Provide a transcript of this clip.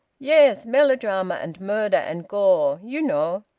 yes. melodrama and murder and gore you know.